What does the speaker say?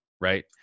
right